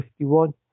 51